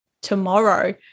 tomorrow